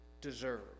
deserve